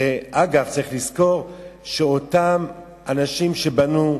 אגב, צריך לזכור שאותם אנשים שבנו,